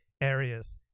areas